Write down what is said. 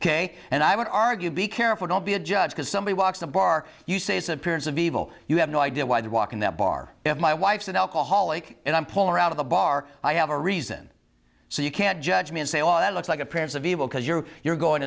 ok and i would argue be careful don't be a judge because somebody walks the bar you say it's appearance of evil you have no idea why they walk in that bar if my wife's an alcoholic and i'm poor out of the bar i have a reason so you can't judge me and say all that looks like appearance of evil because you're you're going